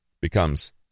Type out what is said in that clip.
Becomes